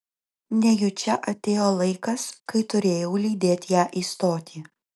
nejučia atėjo laikas kai turėjau lydėt ją į stotį